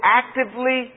actively